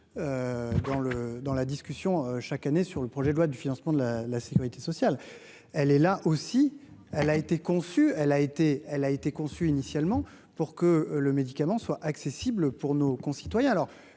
dans la discussion chaque année sur le projet de loi de financement de la la sécurité sociale, elle est là aussi, elle a été conçue, elle a été, elle a été conçue initialement pour que le médicament soit accessible pour nos concitoyens,